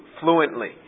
fluently